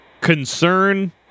concern